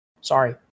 Sorry